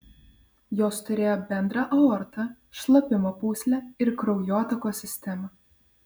jos turėjo bendrą aortą šlapimo pūslę ir kraujotakos sistemą